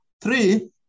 Three